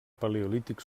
paleolític